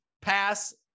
pass